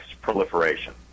proliferation